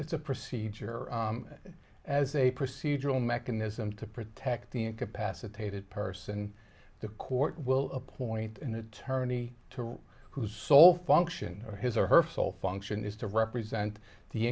procedure as a procedural mechanism to protect the incapacitated person the court will appoint an attorney to whose sole function or his or her sole function is to represent the